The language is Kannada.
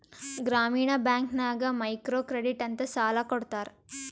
ಗ್ರಾಮೀಣ ಬ್ಯಾಂಕ್ ನಾಗ್ ಮೈಕ್ರೋ ಕ್ರೆಡಿಟ್ ಅಂತ್ ಸಾಲ ಕೊಡ್ತಾರ